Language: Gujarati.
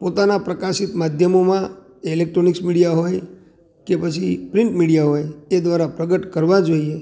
પોતાના પ્રકાશિત માધ્યમોમાં ઇલેક્ટ્રોનિસ મીડિયા હોય કે પછી પ્રિન્ટ મીડિયા હોય એ દ્રારા પ્રગટ કરવા જોઈએ